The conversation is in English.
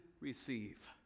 receive